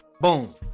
boom